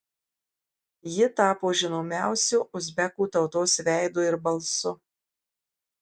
ji tapo žinomiausiu uzbekų tautos veidu ir balsu